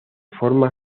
forma